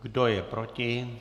Kdo je proti?